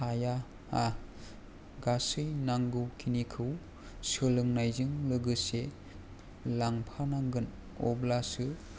हाया गासै नांगौखिनिखौ सोलोंनायजों लोगोसे लांफानांगोन अब्लासो